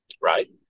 right